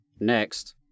Next